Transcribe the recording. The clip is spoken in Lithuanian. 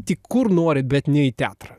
tik kur nori bet ne į teatrą